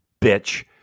bitch